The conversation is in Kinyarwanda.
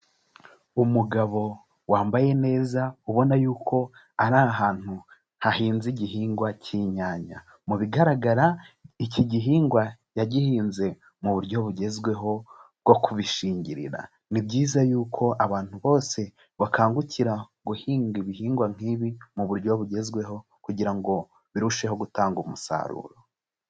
Umugabo wambaye neza ubona yuko ari ahantu hahinze igihingwa cy'inyanya. Mu bigaragara iki gihingwa yagihinze mu buryo bugezweho bwo kubishingirira. Ni byiza yuko abantu bose bakangukira guhinga ibihingwa nk'ibi mu buryo bugezweho, kugira ngo birusheho gutanga umusaruro.